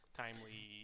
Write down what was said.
timely